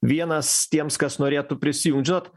vienas tiems kas norėtų prisijungt žinot